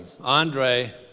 Andre